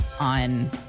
on